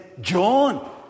John